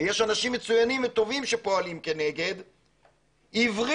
ויש אנשים מצוינים וטובים שפועלים כנגד, הבריחו,